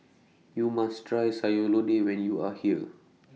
YOU must Try Sayur Lodeh when YOU Are here